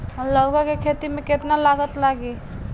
लौका के खेती में केतना लागत लागी?